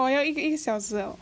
!wah! 要一个一个小时 liao